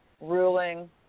ruling